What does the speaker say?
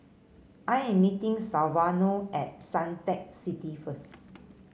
I am meeting at Suntec City first